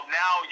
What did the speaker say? now